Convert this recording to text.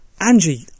Angie